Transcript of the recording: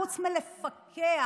חוץ מלפקח,